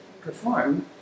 perform